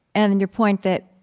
and and your point that,